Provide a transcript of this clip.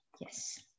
Yes